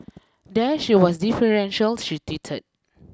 there she was deferential she tweeted